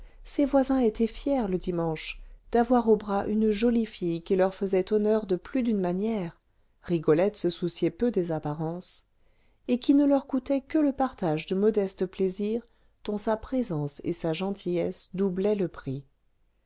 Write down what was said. ses voisins étaient fiers le dimanche d'avoir au bras une jolie fille qui leur faisait honneur de plus d'une manière rigolette se souciait peu des apparences et qui ne leur coûtait que le partage de modestes plaisirs dont sa présence et sa gentillesse doublaient le prix